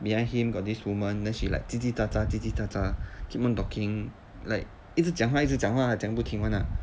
behind him got this woman then she like 叽叽喳喳叽叽喳喳 keep on talking like 一直讲话一直讲话讲不停 [one] lah